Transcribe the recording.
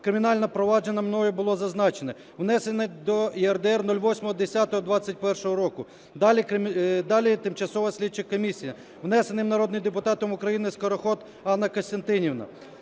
(кримінальне провадження мою було зазначене внесене до ЄРДР 08.10.2021 року) (далі Тимчасова слідча комісія), внесений народним депутатом України Скороход Анною Костянтинівною,